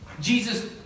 Jesus